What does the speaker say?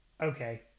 okay